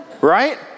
Right